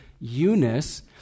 Eunice